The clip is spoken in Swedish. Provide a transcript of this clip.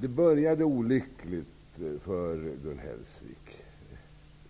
Det började olyckligt för Gun Hellsvik